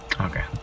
Okay